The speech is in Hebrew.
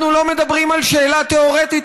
אנחנו לא מדברים על שאלה תיאורטית,